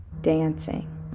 dancing